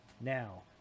Now